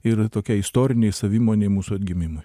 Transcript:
ir tokiai istorinei savimonei mūsų atgimimui